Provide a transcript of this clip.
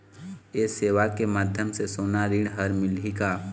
ये सेवा के माध्यम से सोना ऋण हर मिलही का?